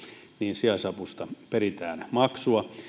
niin sijaisavusta peritään maksua